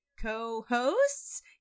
co-hosts